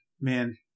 man